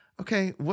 okay